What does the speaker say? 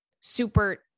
super